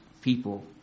people